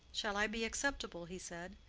shall i be acceptable? he said.